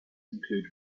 include